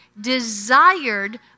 desired